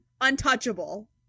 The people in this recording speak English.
untouchable